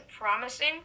promising